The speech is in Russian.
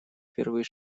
первые